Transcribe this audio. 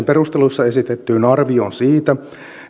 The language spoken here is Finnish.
perusteluissa esitettyyn arvioon siitä